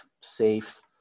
safe